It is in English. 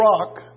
rock